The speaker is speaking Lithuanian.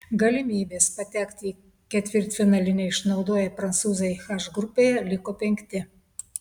galimybės patekti į ketvirtfinalį neišnaudoję prancūzai h grupėje liko penkti